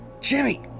Jimmy